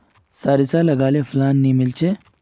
सारिसा लगाले फलान नि मीलचे?